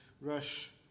rush